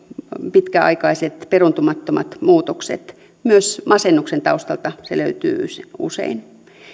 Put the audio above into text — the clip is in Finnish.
pitkäaikaiset peruuntumattomat muutokset myös masennuksen taustalta se löytyy usein